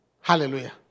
Hallelujah